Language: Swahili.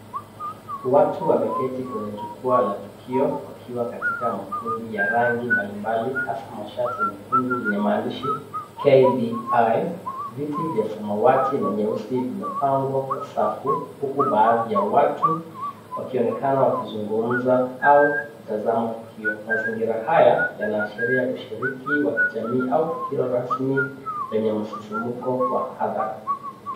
Watu wameketi kwenye jukwaa la tukio wakiwa katika makundi ya rangi mbalimbali hasa mashati mekundu yenye maandishi KDI. Viti vya samawati na nyeusi vimepangwa kwa safu huku baadhi ya watu wakionekana wakizungumza au kutazama tukio. Mazingira haya yanaashiria ushiriki wa kijamii au tukio rasmi lenye msisimko wa hadhara.